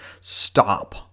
stop